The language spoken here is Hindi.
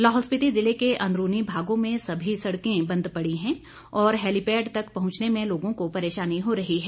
लाहौल स्पीति जिले के अंदरूनी भागों में सभी सड़कें बंद पड़ी है और हैलीपैड तक पहुंचने में लोगों को परेशानी हो रही है